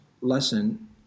lesson